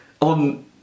on